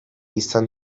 izan